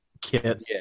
kit